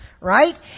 right